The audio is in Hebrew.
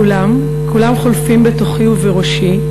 כולם, כולם חולפים בתוכי ובראשי,